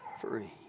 free